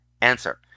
Answer